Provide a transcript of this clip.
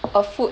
a food